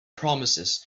promises